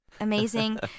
amazing